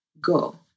go